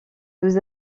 nous